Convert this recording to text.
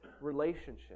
relationship